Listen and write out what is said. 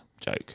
joke